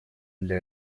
для